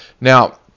Now